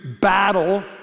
battle